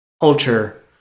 culture